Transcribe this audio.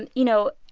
and you know,